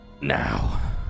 Now